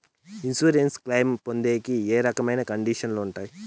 Insurance claim పొందేకి ఏ రకమైన కండిషన్లు ఉంటాయి?